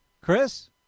Chris